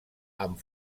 amb